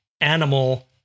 animal